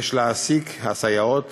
יש להעסיק את הסייעות